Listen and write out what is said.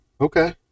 Okay